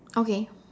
okay